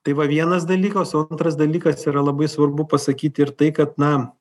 tai va vienas dalykas o antras dalykas yra labai svarbu pasakyti ir tai kad na